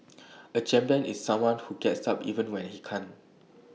A champion is someone who gets up even when he can't